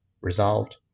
resolved